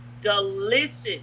delicious